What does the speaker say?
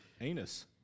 anus